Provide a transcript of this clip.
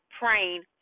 praying